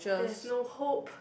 there is no hope